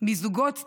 מזוגות צעירים,